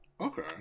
Okay